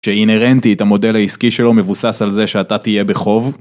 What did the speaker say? ‫שאינרנטית את המודל העסקי שלו ‫מבוסס על זה שאתה תהיה בחוב?